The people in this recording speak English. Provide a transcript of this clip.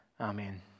Amen